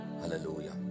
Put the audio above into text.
Hallelujah